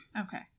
Okay